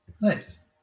Nice